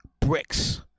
bricks